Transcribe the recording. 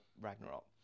ragnarok